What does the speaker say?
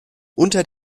unter